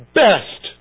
best